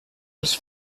els